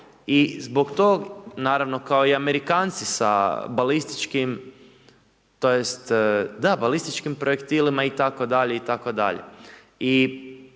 I zbog toga, naravno kao i Amerikanci sa balističkim tj. da balističkim projektilima itd. i